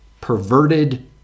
perverted